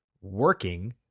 working